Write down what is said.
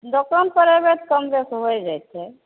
दोकान पर अयबै तऽ कम बेसी होइ जाइ छै